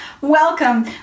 welcome